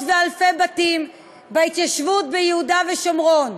ואלפי בתים בהתיישבות ביהודה ושומרון.